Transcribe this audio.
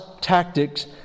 tactics